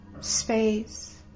space